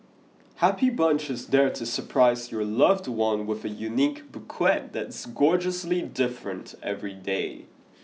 Happy Bunch is there to surprise your loved one with a unique bouquet that's gorgeously different every day